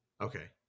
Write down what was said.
okay